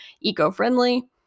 eco-friendly